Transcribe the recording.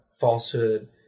falsehood